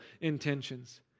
intentions